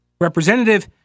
Representative